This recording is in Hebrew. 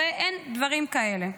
אין דברים כאלה.